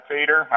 Peter